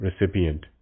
recipient